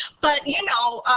but you know,